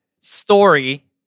story